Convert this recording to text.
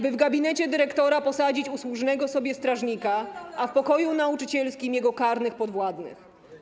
by w gabinecie dyrektora posadzić usłużnego sobie strażnika, a w pokoju nauczycielskim - jego karnych podwładnych.